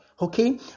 Okay